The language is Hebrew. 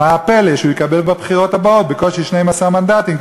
מה הפלא שהוא יקבל בבחירות הבאות בקושי 12 מנדטים,